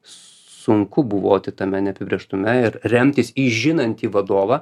sunku buvoti tame neapibrėžtume ir remtis į žinantį vadovą